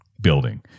building